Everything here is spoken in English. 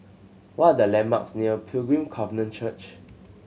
what are the landmarks near Pilgrim Covenant Church